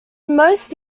most